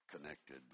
connected